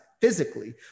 physically